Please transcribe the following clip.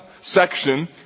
section